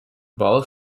ball